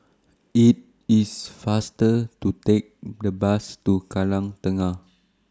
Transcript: IT IS faster to Take The Bus to Kallang Tengah